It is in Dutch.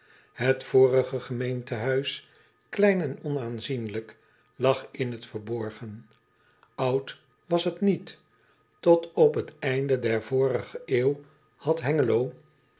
et vorige gemeentehuis klein en onaanzienlijk lag in t verborgen ud was het niet ot op het einde der vorige eeuw had engelo